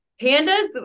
Pandas